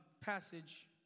passage